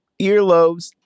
earlobes